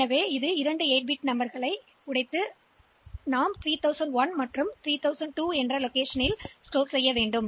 எனவே இது இந்த எண்ணை 2 8 பிட் எண்களாக உடைத்து முடிவுகளை 3 0 0 1 மற்றும் 3 0 0 2 இல் சேமிக்கும்